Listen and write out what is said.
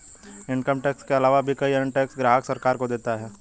income tax के आलावा भी कई अन्य टैक्स ग्राहक सरकार को देता है